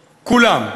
כולם,